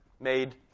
made